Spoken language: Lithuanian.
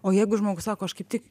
o jeigu žmogus sako aš kaip tik